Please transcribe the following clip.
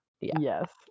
yes